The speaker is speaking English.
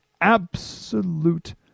absolute